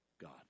God